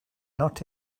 not